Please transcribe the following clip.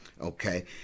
okay